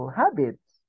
habits